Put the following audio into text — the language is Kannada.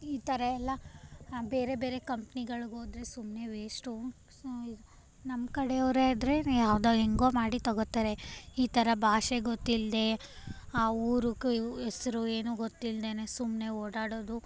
ಈ ಥರಯೆಲ್ಲ ಬೇರೆ ಬೇರೆ ಕಂಪ್ನಿಗಳಿಗೋದ್ರೆ ಸುಮ್ಮನೆ ವೇಸ್ಟು ಸು ನಮ್ಮಕಡೆಯವ್ರೇ ಇದ್ದರೆ ಯಾವುದೋ ಹೆಂಗೋ ಮಾಡಿ ತೊಗೊತಾರೆ ಈ ಥರ ಭಾಷೆ ಗೊತ್ತಿಲ್ಲದೇ ಆ ಊರು ಕ ಹೆಸ್ರು ಏನು ಗೊತ್ತಿಲ್ದೇ ಸುಮ್ಮನೆ ಓಡಾಡೋದು